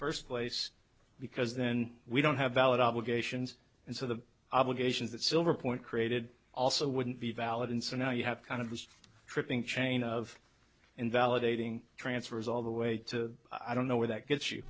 first place because then we don't have valid obligations and so the obligations that silver point created also wouldn't be valid and so now you have kind of least tripping chain of invalidating transfers all the way to i don't know where that gets you